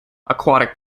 aquatic